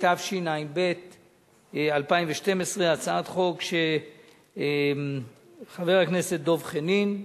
התש"ע 2010, הצעת חוק שחבר הכנסת דב חנין,